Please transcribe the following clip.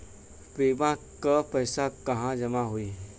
बीमा क पैसा कहाँ जमा होई?